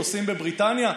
עושים בבריטניה?